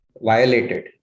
violated